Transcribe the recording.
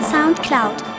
SoundCloud